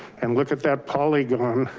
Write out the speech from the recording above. and look at that polygon,